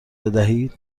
بدهید